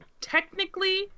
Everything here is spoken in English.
technically